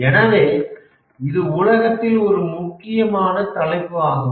எனவே இது உலகத்தில் ஒரு முக்கியமான தலைப்பு ஆகும்